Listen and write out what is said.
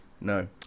No